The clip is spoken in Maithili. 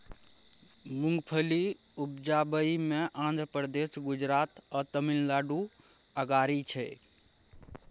मूंगफली उपजाबइ मे आंध्र प्रदेश, गुजरात आ तमिलनाडु अगारी छै